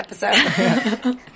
episode